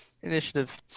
initiative